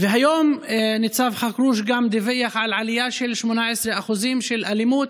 והיום ניצב חכרוש דיווח גם על עלייה של 18% באלימות